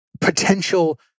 potential